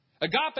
Agape